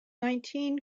nineteen